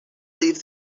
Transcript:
leave